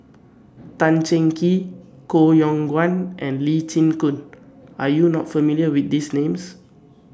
Tan Cheng Kee Koh Yong Guan and Lee Chin Koon Are YOU not familiar with These Names